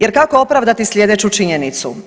Jer, kako opravdati sljedeću činjenicu?